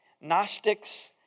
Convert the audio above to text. Gnostics